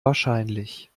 wahrscheinlich